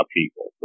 people